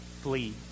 flee